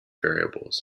variables